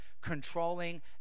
controlling